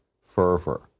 fervor